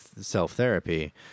self-therapy